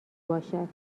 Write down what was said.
باشد